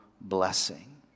blessing